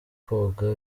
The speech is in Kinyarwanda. koga